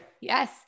Yes